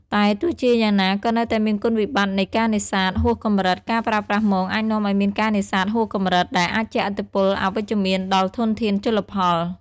តែទោះជាយ៉ាងណា ក៏នៅតែមានគុណវិបត្តិនៃការនេសាទហួសកម្រិត ការប្រើប្រាស់មងអាចនាំឲ្យមានការនេសាទហួសកម្រិត ដែលអាចជះឥទ្ធិពលអវិជ្ជមានដល់ធនធានជលផល។